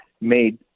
made